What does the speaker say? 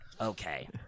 Okay